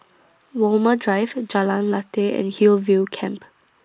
Walmer Drive Jalan Lateh and Hillview Camp